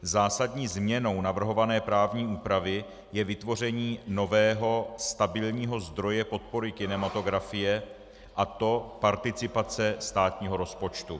Zásadní změnou navrhované právní úpravy je vytvoření nového stabilního zdroje podpory kinematografie, a to participace státního rozpočtu.